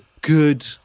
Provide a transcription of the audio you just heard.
good